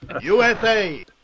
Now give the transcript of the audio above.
USA